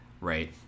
right